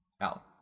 out